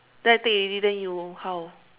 then I take already then you how